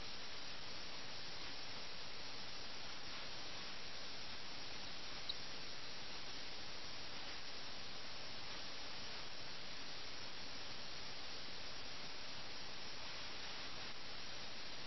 നവാബ് സുഖഭോഗങ്ങളിൽ മുഴുകിയതിനെക്കുറിച്ച് വലിയ തോതിലുള്ള വിവരണമില്ല